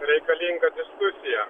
reikalinga diskusija